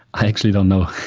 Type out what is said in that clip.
i actually don't know.